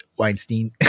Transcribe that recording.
Weinstein